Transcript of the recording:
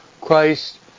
Christ